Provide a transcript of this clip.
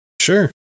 sure